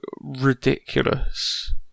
ridiculous